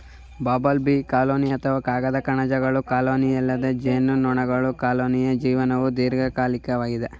bumble bee colony ಅಥವಾ ಕಾಗದ ಕಣಜಗಳ ಕಾಲೋನಿಯಲ್ಲದೆ ಜೇನುನೊಣಗಳ ಕಾಲೋನಿಯ ಜೀವನವು ದೀರ್ಘಕಾಲಿಕವಾಗಿದೆ